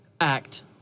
act